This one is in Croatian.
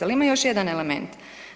Al ima još jedan element.